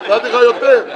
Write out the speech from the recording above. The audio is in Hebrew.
נתתי לך יותר.